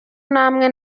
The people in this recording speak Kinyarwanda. namwe